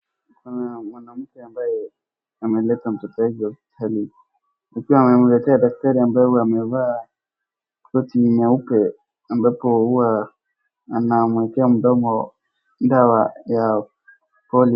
Kuna mwanamke ambaye ameleta mtoto wake hospitalini akiwa amemletea daktari ambaye amevaa koti nyeupe ambapo huwa anamuekea mdomo dawa ya polio .